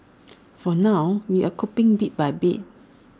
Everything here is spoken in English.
for now we're coping bit by bit